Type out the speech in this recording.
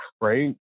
right